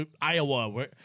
Iowa